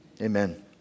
amen